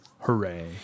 Hooray